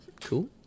cool